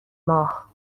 ماه